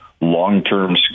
long-term